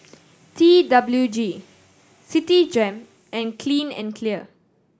T W G Citigem and Clean and Clear